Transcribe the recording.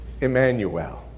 Emmanuel